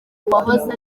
wahoze